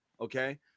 okay